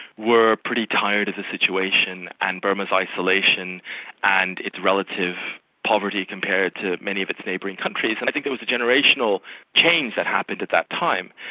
were pretty tired of the situation, and burma's isolation and its relative poverty compared to many of its neighbouring countries, and i think there was a generational change that happened at that time.